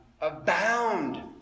abound